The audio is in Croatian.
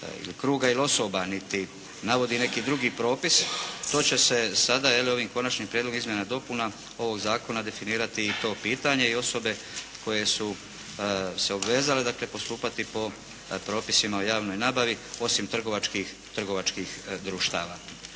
ili kruga ili osoba, niti navodi neki drugi propis. To će se sada ovim konačnim prijedlogom izmjena i dopuna ovog zakona definirati i to pitanje i osobe koje su se obvezale dakle postupati po propisima u javnoj nabavi osim trgovačkih društava.